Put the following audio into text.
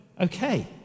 Okay